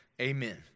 Amen